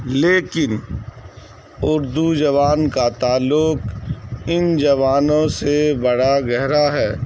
لیکن اردو زبان کا تعلق ان زبانوں سے بڑا گہرا ہے